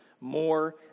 more